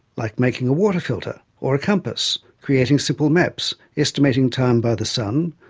like making a water filter or a compass, creating simple maps, estimating time by the sun,